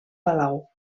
palau